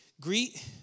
Greet